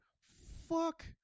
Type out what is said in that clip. fuck